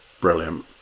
brilliant